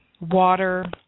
water